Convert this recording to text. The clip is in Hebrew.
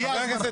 לגבי כולם.